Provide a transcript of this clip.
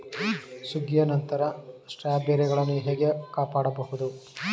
ಸುಗ್ಗಿಯ ನಂತರ ಸ್ಟ್ರಾಬೆರಿಗಳನ್ನು ಹೇಗೆ ಕಾಪಾಡ ಬಹುದು?